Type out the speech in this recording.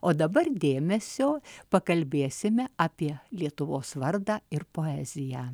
o dabar dėmesio pakalbėsime apie lietuvos vardą ir poeziją